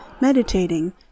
meditating